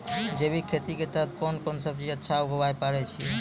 जैविक खेती के तहत कोंन कोंन सब्जी अच्छा उगावय पारे छिय?